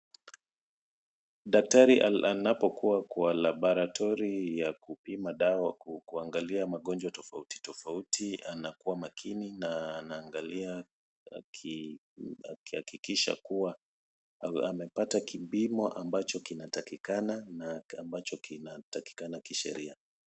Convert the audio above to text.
Daktari anapokuwa kwa laboratory ya kupima dawa kuangalia magonjwa tofauti tofauti anakuwa makini na anaangalia akihakikisha kuwa amepata kipimo ambacho kinatakikana na ambacho kinatakikana kisheria.